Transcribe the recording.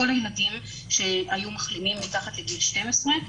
כל הילדים שהיו מחלימים מתחת לגיל 12,